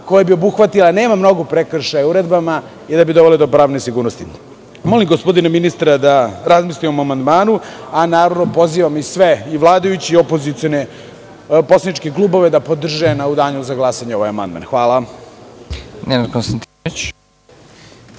koje bi obuhvatile, a nema mnogo prekršaja o uredbama, i dovele bi do pravne sigurnosti. Molim gospodina ministra da razmisli o mom amandmanu, a naravno pozivam sve, vladajuće i opozicione poslaničke klubove da podrže u danu za glasanje ovaj amandman. Hvala.